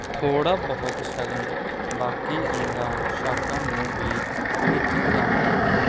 ਥੋੜ੍ਹਾ ਬਹੁਤ ਸ਼ਗਨ ਬਾਕੀ ਅੰਗਾਂ ਸਾਕਾਂ ਨੂੰ ਵੀ ਭੇਜਿਆ ਜਾਂਦਾ ਹੈ